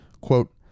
Quote